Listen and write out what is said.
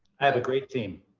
have a great team.